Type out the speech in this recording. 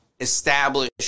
establish